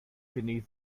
beneath